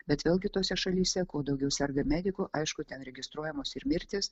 bet vėlgi tose šalyse kuo daugiau serga medikų aišku ten registruojamos ir mirtys